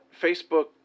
Facebook